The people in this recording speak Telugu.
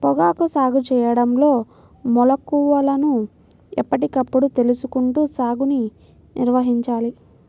పొగాకు సాగు చేయడంలో మెళుకువలను ఎప్పటికప్పుడు తెలుసుకుంటూ సాగుని నిర్వహించాలి